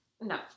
No